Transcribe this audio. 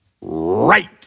right